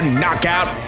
knockout